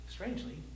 Strangely